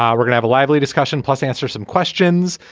um we're gonna have a lively discussion plus answer some questions.